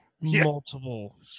multiple